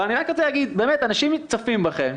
אבל אני רק רוצה להגיד שבאמת אנשים צופים בכם.